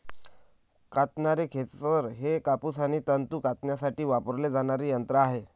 कातणारे खेचर हे कापूस आणि तंतू कातण्यासाठी वापरले जाणारे यंत्र आहे